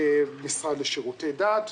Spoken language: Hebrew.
משרד לשירותי דת,